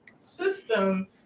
system